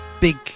big